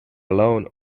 alone